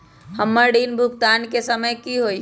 हमर ऋण भुगतान के समय कि होई?